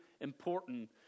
important